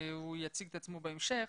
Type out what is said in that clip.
הוא יציג את עצמו בהמשך,